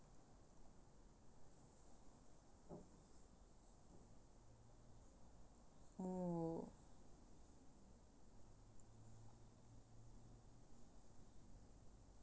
oh